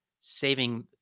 saving